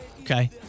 okay